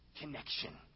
connection